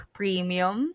premium